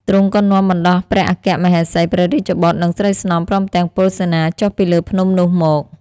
ទ្រង់ក៏នាំបណ្ដោះព្រះអគ្គមហេសី ព្រះរាជបុត្រ និងស្រីស្នំ ព្រមទាំងពលសេនាចុះពីលើភ្នំនោះមក